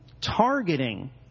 targeting